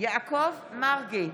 יעקב מרגי,